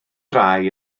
rai